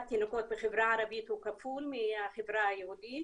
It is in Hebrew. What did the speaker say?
תינוקות בחברה הערבית הוא כפול מהחברה היהודית